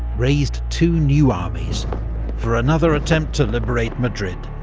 raised two new armies for another attempt to liberate madrid,